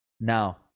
now